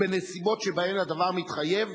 בנסיבות שבהן הדבר מתחייב,